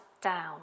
down